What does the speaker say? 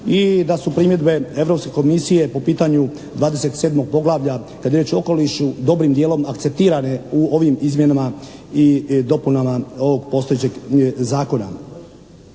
i da su primjedbe europske komisije po pitanju 27. poglavlja, kada je riječ o okolišu dobrim dijelom akceptirane u ovim izmjenama i dopunama ovog postojećeg zakona.